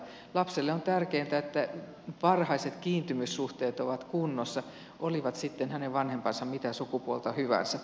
lapselle on tärkeintä että varhaiset kiintymyssuhteet ovat kunnossa olivat sitten hänen vanhempansa mitä sukupuolta hyvänsä